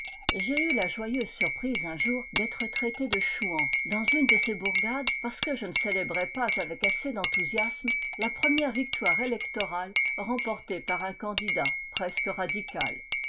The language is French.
j'ai eu la joyeuse surprise un jour d'être traité de chouan dans une de ces bourgades parce que je ne célébrais pas avec assez d'enthousiasme la première victoire électorale remportée par un candidat presque radical